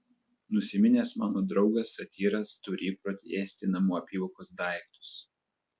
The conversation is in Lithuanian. nusiminęs mano draugas satyras turi įprotį ėsti namų apyvokos daiktus